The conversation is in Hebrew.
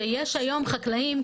שיש היום חקלאים,